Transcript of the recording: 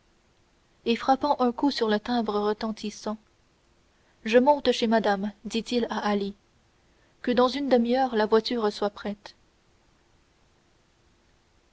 et frappant un coup sur le timbre retentissant je monte chez madame dit-il à ali que dans une demi-heure la voiture soit prête